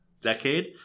decade